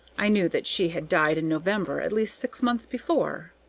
i knew that she had died in november, at least six months before.